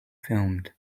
filmed